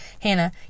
Hannah